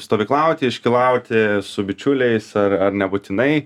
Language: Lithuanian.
stovyklauti iškylauti su bičiuliais ar ar nebūtinai